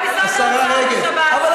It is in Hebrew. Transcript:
וגם משרד האוצר בשבת, אבל,